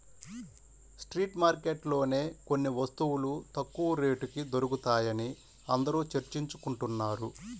street మార్కెట్లలోనే కొన్ని వస్తువులు తక్కువ రేటుకి దొరుకుతాయని అందరూ చర్చించుకుంటున్నారు